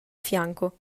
fianco